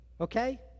okay